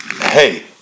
Hey